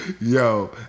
yo